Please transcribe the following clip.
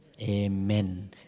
Amen